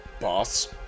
Boss